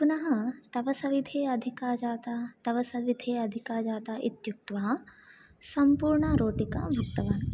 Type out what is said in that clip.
पुनः तव सविधे अधिका जाता तव सविधे अधिका जाता इत्युक्त्वा सम्पूर्णा रोटिका भुक्तवान्